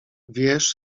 wierz